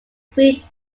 three